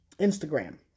Instagram